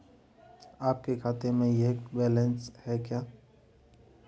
आपके खाते में यह बैलेंस है क्या?